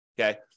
Okay